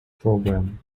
programme